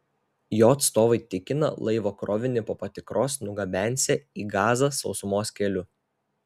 jo atstovai tikina laivo krovinį po patikros nugabensią į gazą sausumos keliu